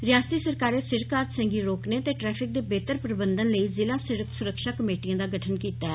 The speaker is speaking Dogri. रिआसती सरकारै सिड़क हादसें गी रोकने ते ट्रैफिक दे बेह्तर प्रबंधन लेई जिला सिड़क सुरक्षा कमेटिएं दा गठन कीता ऐ